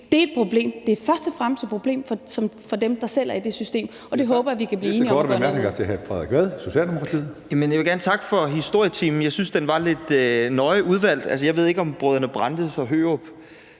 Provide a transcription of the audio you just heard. Det er et problem. Det er først og fremmest et problem for dem, der selv er i det system, og det håber jeg at vi kan blive enige om at gøre noget